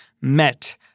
met